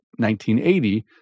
1980